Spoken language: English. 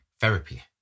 therapy